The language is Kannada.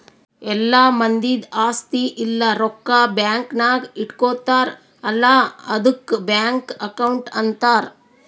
ಎಲ್ಲಾ ಮಂದಿದ್ ಆಸ್ತಿ ಇಲ್ಲ ರೊಕ್ಕಾ ಬ್ಯಾಂಕ್ ನಾಗ್ ಇಟ್ಗೋತಾರ್ ಅಲ್ಲಾ ಆದುಕ್ ಬ್ಯಾಂಕ್ ಅಕೌಂಟ್ ಅಂತಾರ್